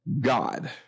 God